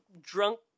drunk